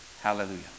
Hallelujah